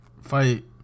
fight